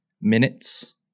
minutes